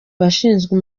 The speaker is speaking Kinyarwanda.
bashinzwe